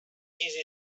چیزی